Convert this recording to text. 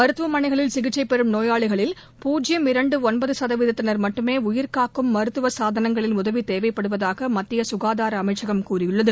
மருத்துவமனைகளில் சிகிச்சை பெறும் நோயாளிகளில் பூஜ்பம் இரண்டு ஒன்பது சதவீதத்தினர் மட்டுமே உயிர்காக்கும் மருத்துவ சாதனங்களின் உதவி தேவைப்படுவதாக மத்திய சுகாதார அமைச்சகம் தெரிவித்துள்ளது